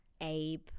Abe